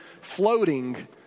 floating